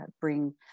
bring